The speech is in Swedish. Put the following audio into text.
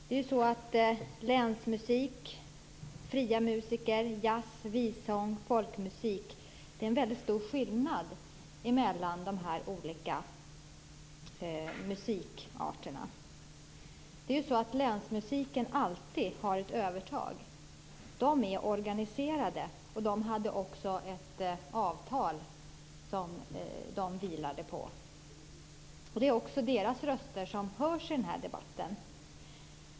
Det är en väldigt stor skillnad mellan länsmusik, fria musiker, jazz, vissång och folkmusik. Länsmusiken har alltid ett övertag. Den är organiserad. Den hade också ett avtal som den vilade på. Det är också deras röster som hörs i den här debatten.